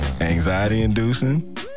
anxiety-inducing